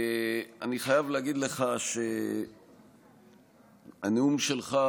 אני חייב להגיד לך שהנאום שלך